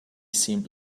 seemed